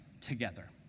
together